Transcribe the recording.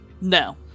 No